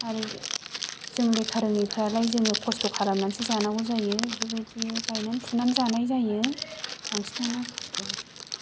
आरो जों लेखा रोङैफोरालाय जोङो खस्त' खालामनानैसो जानांगौ जायो बेफोरबायदि गायनानै फुनानै जानाय जायो बांसिनानो खस्त' बायदि